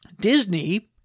Disney